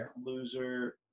loser